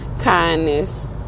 kindness